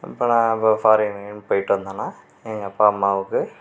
இப்போ நான் ஃபாரின் கீரீன் போயிட்டு வந்தேன்னா எங்கள் அப்பா அம்மாவுக்கு